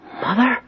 Mother